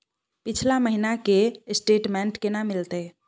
पिछला महीना के स्टेटमेंट केना मिलते?